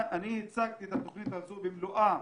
הצגתי את התוכנית הזאת במלואה